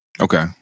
Okay